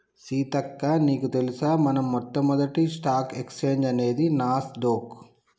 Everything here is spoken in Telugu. సీతక్క నీకు తెలుసా మన మొట్టమొదటి స్టాక్ ఎక్స్చేంజ్ అనేది నాస్ డొక్